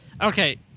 Okay